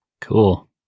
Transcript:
Cool